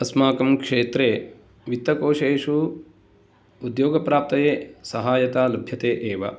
अस्माकं क्षेत्रे वित्तकोषेषु उद्योगप्राप्तये सहायता लभ्यते एव